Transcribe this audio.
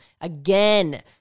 Again